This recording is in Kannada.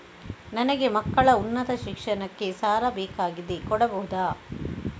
ನನಗೆ ಮಕ್ಕಳ ಉನ್ನತ ಶಿಕ್ಷಣಕ್ಕೆ ಸಾಲ ಬೇಕಾಗಿದೆ ಕೊಡಬಹುದ?